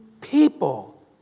people